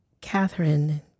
Catherine